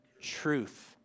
truth